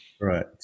Right